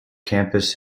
campus